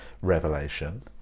revelation